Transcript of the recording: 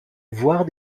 voire